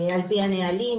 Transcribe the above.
על פי הנהלים,